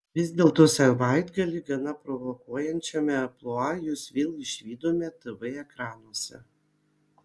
vis dėlto savaitgalį gana provokuojančiame amplua jus vėl išvydome tv ekranuose